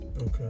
Okay